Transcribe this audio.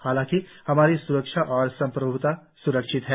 हालांकि हमारी स्रक्षा और सम्प्रभुता सुरक्षित है